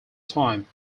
time